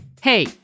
Hey